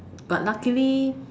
but luckily